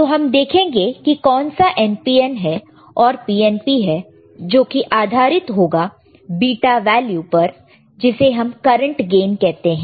तो हम देखेंगे कि कौन सा NPN है और PNP है जो की आधारित होगा उसके बीटा वैल्यू पर जिसे हम करंट गेन कहते हैं